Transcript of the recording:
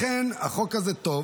לכן החוק הזה טוב.